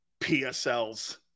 PSLs